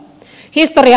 tämä on totta